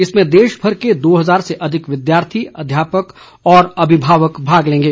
इसमें देशभर के दो हज़ार से अधिक विद्यार्थी अध्यापक और अभिभावक भाग लेंगे